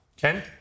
Ken